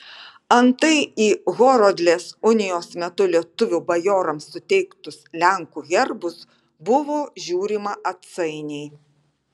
antai į horodlės unijos metu lietuvių bajorams suteiktus lenkų herbus buvo žiūrima atsainiai